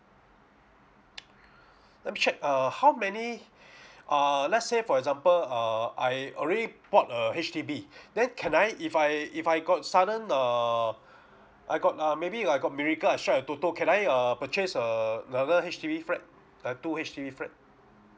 let me check uh how many err let's say for example err I already bought a H_D_B then can I if I if I got sudden err I got uh maybe I got miracle I strike a toto can I err purchase a another H_D_B flat uh two H_D_B flat